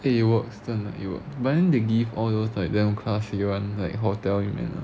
eh it works 真的 it works but then they give those like damn classy [one] like hotel